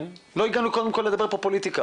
לכן אני אומר שברובד המקצועי,